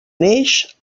neix